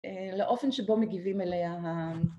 לאופן שבו מגיבים אליהם